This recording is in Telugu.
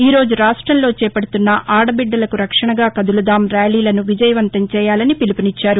ఈరోజు రాష్టంలో చేపదుతున్న ఆదబిద్దలకు రక్షణగా కదులుదాం ర్యాలీలను విజయవంతం చేయాలని పిలుపు నిచ్చారు